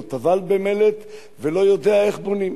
לא טבל במלט ולא יודע איך בונים.